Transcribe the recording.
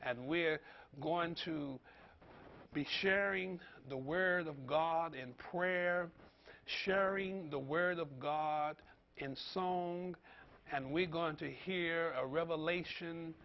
and we're going to be sharing the word of god in prayer sharing the word of god in sloane and we're going to hear a revelation